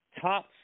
Top